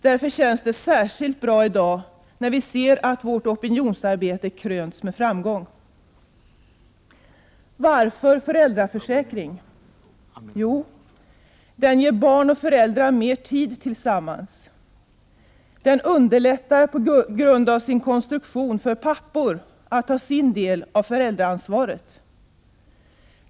Därför känns det särskilt bra i dag när vi ser att vårt opinionsarbete krönts med framgång. Varför föräldraförsäkring? — Den ger barn och föräldrar mer tid tillsammans. —- Den underlättar på grund av sin konstruktion för pappor att ta sin del av föräldraansvaret.